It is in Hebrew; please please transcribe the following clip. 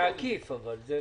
אבל זה עקיף.